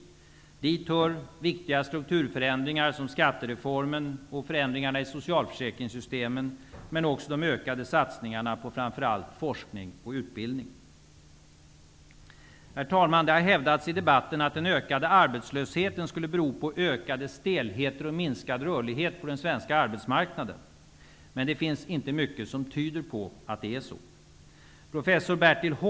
Dit hör viktiga strukturförändringar som skattereformen och förändringarna i socialförsäkringssystemen och också de ökade satsningarna på framför allt forskning och utbildning. Det har hävdats i debatten att den ökade arbetslösheten skulle bero på ökade stelheter och minskad rörlighet på den svenska arbetsmarknaden. Inte mycket tyder på det.